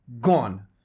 Gone